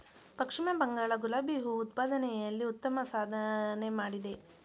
ಪಶ್ಚಿಮ ಬಂಗಾಳ ಗುಲಾಬಿ ಹೂ ಉತ್ಪಾದನೆಯಲ್ಲಿ ಉತ್ತಮ ಸಾಧನೆ ಮಾಡಿದೆ